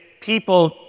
people